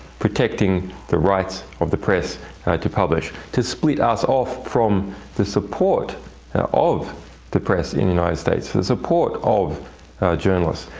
protecting the rights of the press to publish, to split us off from the support of the press in the united states, the support of journalists.